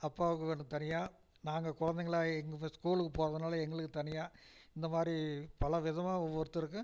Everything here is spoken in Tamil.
அப்பாவுக்கு ஒன்று தனியாக நாங்கள் கொழந்தைங்களா எங்கள் ஃபர்ஸ்ட் ஸ்கூலுக்குப் போகிறதுனால எங்களுக்குத் தனியாக இந்த மாதிரி பலவிதமாக ஒவ்வொருத்தருக்கும்